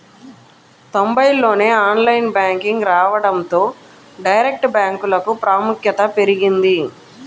తొంబైల్లోనే online banking రావడంతో direct బ్యాంకులకు ప్రాముఖ్యత పెరిగింది